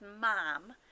mom